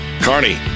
carney